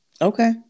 Okay